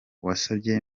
wasabye